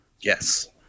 Yes